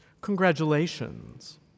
congratulations